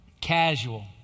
casual